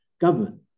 government